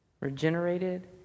regenerated